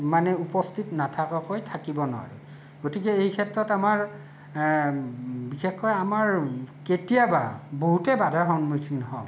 মানে উপস্থিত নথকাকৈ থাকিব নোৱাৰোঁ গতিকে এই ক্ষেত্ৰত আমাৰ বিশেষকৈ আমাৰ কেতিয়াবা বহুতেই বাধাৰ সন্মুখীন হওঁ